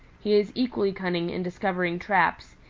he is equally cunning in discovering traps,